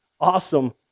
awesome